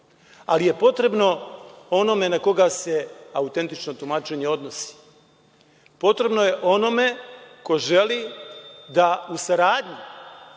ali je potrebno onome na koga se autentično tumačenje odnosi. Potrebno je onome ko želi da u saradnji